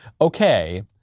Okay